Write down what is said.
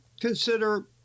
consider